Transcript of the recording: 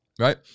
right